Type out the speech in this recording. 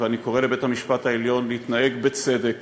ואני קורא לבית-המשפט העליון להתנהג בצדק